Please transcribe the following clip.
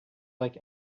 like